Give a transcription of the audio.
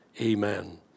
Amen